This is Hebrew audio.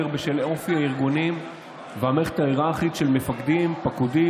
בשל אופי הארגונים והמערכת ההיררכית של מפקדים פקודים,